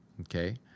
okay